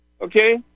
Okay